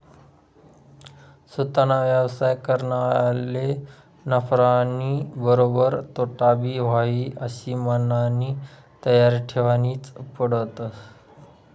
सोताना व्यवसाय करनारले नफानीबरोबर तोटाबी व्हयी आशी मननी तयारी ठेवनीच पडस